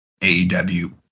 AEW